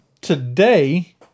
today